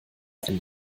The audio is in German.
ein